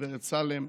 גב' סלם,